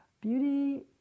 Beauty